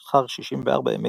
לאחר 64 ימי צילומים.